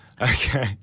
Okay